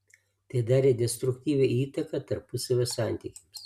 tai darė destruktyvią įtaką tarpusavio santykiams